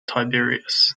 tiberius